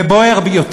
ובוער יותר,